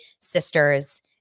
sisters